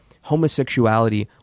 homosexuality